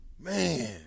man